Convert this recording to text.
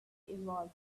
evolve